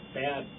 bad